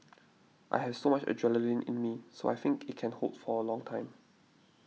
I have so much adrenaline in me so I think it can hold for a long time